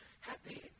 happy